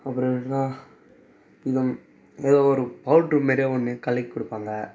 அப்புறமேட்டுக்கா இதுவும் ஏதோ ஒரு பவுட்ரு மாரியா ஒன்று கலக்கி கொடுப்பாங்க